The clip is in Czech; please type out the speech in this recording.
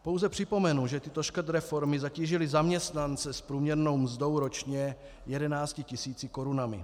Pouze připomenu, že tyto škrtreformy zatížily zaměstnance s průměrnou mzdou ročně 11 tis. korunami.